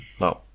no